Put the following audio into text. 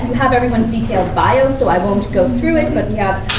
and have everyone's detailed bio, so i won't go through it. but